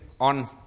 on